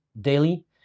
daily